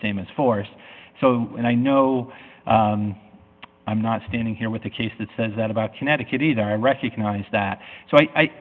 same as force and i know i'm not standing here with a case that says that about connecticut either i recognize that so i